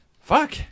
fuck